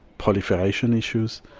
proliferation issues.